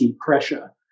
pressure